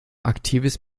aktives